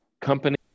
company